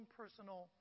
personal